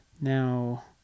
Now